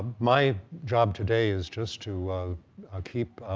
my job today is just to keep